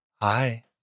Hi